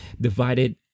divided